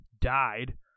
died